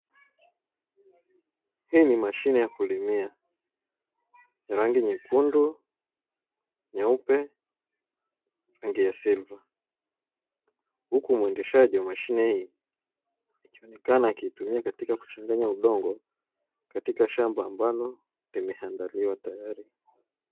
Hii ni mashine ya kulimia ya rangi nyekundu, nyeupe na rangi ya siliva, huku mwendeshaji wa mashine hii akionekana akitumia katika kuchanganya udongo katika shamba ambalo limeandaliwa tayari.